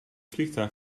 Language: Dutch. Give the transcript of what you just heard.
vliegtuig